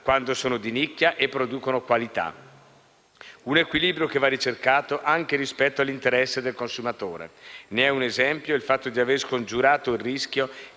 quando sono di nicchia e producono qualità. Un equilibrio che va ricercato, anche rispetto all'interesse del consumatore. Ne è un esempio il fatto di aver scongiurato il rischio